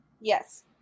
Yes